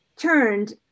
turned